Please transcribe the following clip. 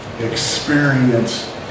experience